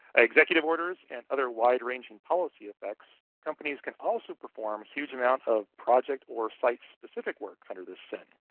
executive orders, and other wide range and policy effects, companies can also perform huge amounts of project or site-specific work under this sin.